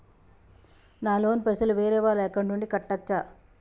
నా లోన్ పైసలు వేరే వాళ్ల అకౌంట్ నుండి కట్టచ్చా?